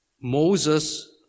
Moses